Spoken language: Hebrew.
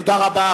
תודה, תודה רבה.